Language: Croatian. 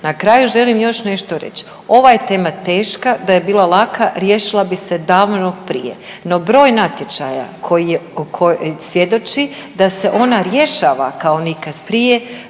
Na kraju želim još nešto reći. Ova je tema teška, da je bila laka riješila bi se davno prije. No, broj natječaja koji je, svjedoči da se ona rješava kao nikad prije.